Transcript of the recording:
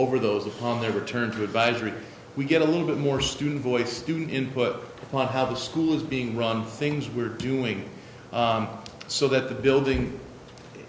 over those upon their return to advisory we get a little bit more student voice student input on how the school is being run things we're doing so that the building